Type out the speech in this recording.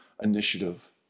initiative